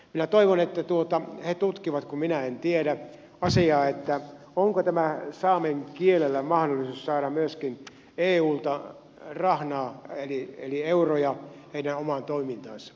minä toivon että he tutkivat kun minä en tiedä asiaa onko tälle saamen kielelle mahdollisuus saada myöskin eulta rahnaa eli euroja heidän omaan toimintaansa